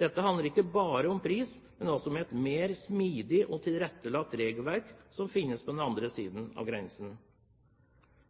Dette handler ikke bare om pris, men også om et mer smidig og tilrettelagt regelverk som finnes på den andre siden av grensen.